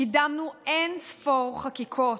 קידמנו אין-ספור חקיקות,